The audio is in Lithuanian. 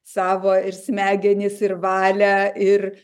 savo ir smegenis ir valią ir